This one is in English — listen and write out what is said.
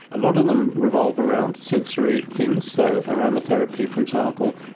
a lot of them revolve around sensory things, so aromatherapy, for example,